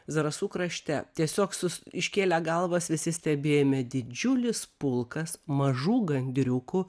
zarasų krašte tiesiog sus iškėlę galvas visi stebėjome didžiulis pulkas mažų gandriukų